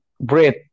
bread